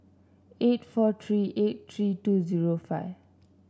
eight four three eight three two zero five